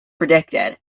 predicted